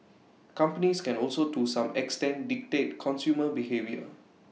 companies can also to some extent dictate consumer behaviour